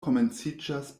komenciĝas